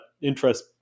interest